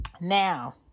now